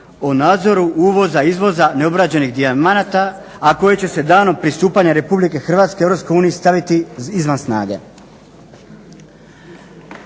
o nadzoru uvoza, izvoza neobrađenih dijamanata a koje će se danom pristupanja Republike Hrvatske EU staviti izvan snage.